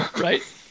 Right